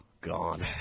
gone